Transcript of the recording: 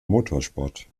motorsport